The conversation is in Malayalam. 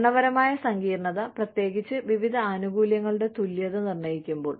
ഭരണപരമായ സങ്കീർണ്ണത പ്രത്യേകിച്ച് വിവിധ ആനുകൂല്യങ്ങളുടെ തുല്യത നിർണ്ണയിക്കുമ്പോൾ